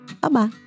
Bye-bye